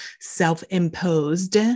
self-imposed